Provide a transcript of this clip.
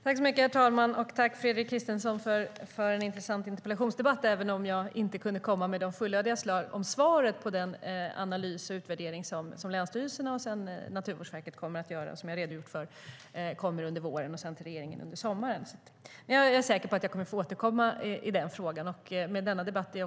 Herr talman! Tack, Fredrik Christensson, för en intressant interpellationsdebatt, även om jag inte kunde ge ett fullödigt svar om den analys och utvärdering som länsstyrelserna och Naturvårdsverket ska göra. Det ska ske under våren och ska sedan lämnas vidare till regeringen under sommaren. Jag är säker på att jag kommer att få återkomma i frågan i debatter.